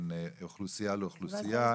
בין אוכלוסייה לאוכלוסייה.